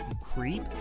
creep